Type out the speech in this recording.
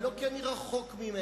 ולא כי אני רחוק ממנה,